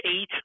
eight